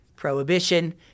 Prohibition